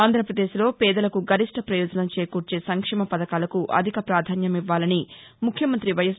ఆంధ్రాపదేశ్లో పేదలకు గరిష్ట పయోజనం చేకూర్చే సంక్షేమ వథకాలకు అధిక ప్రాధాన్యమివ్వాలని ముఖ్యమంతి వైఎస్